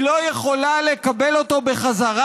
היא לא יכולה לקבל אותו בחזרה.